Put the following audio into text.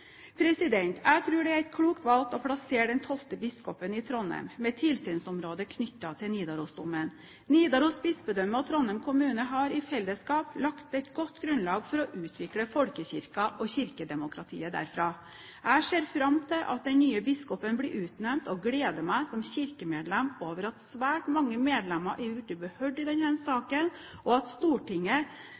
Jeg tror det er et klokt valg å plassere den tolvte biskopen i Trondheim med tilsynsområde knyttet til Nidarosdomen. Nidaros bispedømme og Trondheim kommune har i fellesskap lagt et godt grunnlag for å utvikle folkekirken og kirkedemokratiet derfra. Jeg ser fram til at den nye biskopen blir utnevnt, og gleder meg som kirkemedlem over at svært mange medlemmer er blitt hørt i denne saken, og at Stortinget